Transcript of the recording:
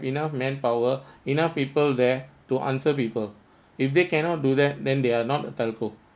enough manpower enough people there to answer people if they cannot do that then they are not a telco